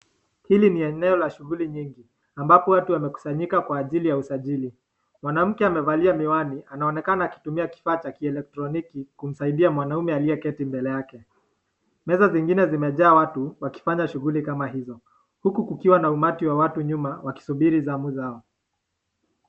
Hili ni eneo la shughuli nyingi ambapo watu wamekusanyika kwa ajili ya usajili mwanamke amevalia miwani anaonekana akitumia kifaa cha kielektroniki kumsaidia mwanaume aliyeketi mbele yake, meza zingine zimejaa watu wakifanya shughuli kama hizo huku kukiwa na umati wa watu nyuma wakisubiri zamu zao.